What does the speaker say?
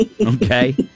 Okay